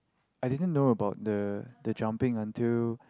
I didn't know about the the jumping until